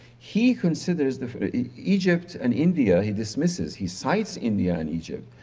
he considers egypt and india he dismisses. he cites india and egypt,